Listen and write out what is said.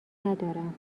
ندارم